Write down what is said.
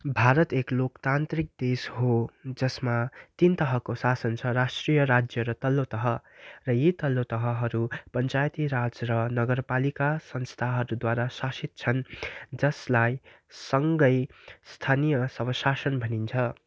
भारत एक लोकतान्त्रिक देश हो जसमा तिन तहको शाषण छ राष्ट्रीय राज्य र तल्लो तह र यी तल्लो तहहरू पञ्चायती राज र नगरपालिका संस्थाहरूद्वारा शाषित छन् जसलाई सँगै स्थानीय सव शासन भनिन्छ